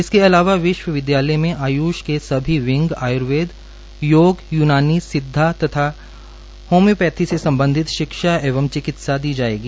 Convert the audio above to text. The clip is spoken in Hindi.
इसके अलावा विश्वविद्यालय में आय्ष के सभी विंग आय्र्वेद योग य्नानी सिद्घा तथा होम्योपैथी से संबंधित शिक्षा एवं चिकित्सा दी जाएगी